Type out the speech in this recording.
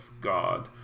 god